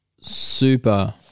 super